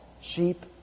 sheep